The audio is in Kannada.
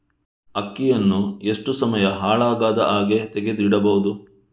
ಅಕ್ಕಿಯನ್ನು ಎಷ್ಟು ಸಮಯ ಹಾಳಾಗದಹಾಗೆ ತೆಗೆದು ಇಡಬಹುದು?